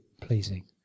pleasing